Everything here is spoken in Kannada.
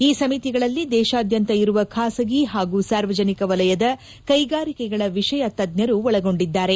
ಈ ಸಮಿತಿಗಳಲ್ಲಿ ದೇಶಾದ್ಯಂತ ಇರುವ ಖಾಸಗಿ ಹಾಗೂ ಸಾರ್ವಜನಿಕ ವಲಯದ ಕೈಗಾರಿಕೆಗಳ ವಿಷಯ ತಜ್ಞರು ಒಳಗೊಂಡಿದ್ದಾರೆ